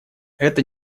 это